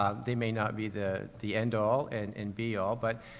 ah they may not be the, the end all an and be all, but,